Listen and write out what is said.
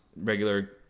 regular